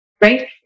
right